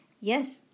Yes